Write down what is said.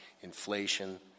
inflation